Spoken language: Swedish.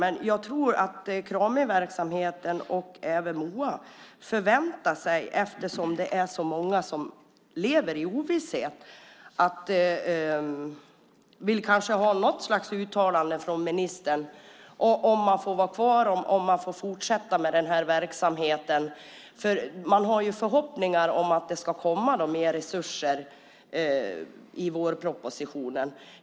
Men jag tror att Kramiverksamheten, och även MOA, eftersom det är så många som lever i ovisshet, vill ha något slags uttalande från ministern om man får vara kvar och om man får fortsätta med den här verksamheten. De har ju förhoppningar om att det ska komma mer resurser i vårpropositionen.